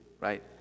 right